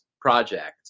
project